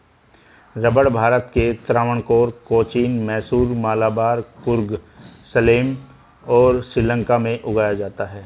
रबड़ भारत के त्रावणकोर, कोचीन, मैसूर, मलाबार, कुर्ग, सलेम और श्रीलंका में उगाया जाता है